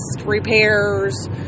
repairs